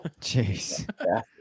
Jeez